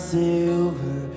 silver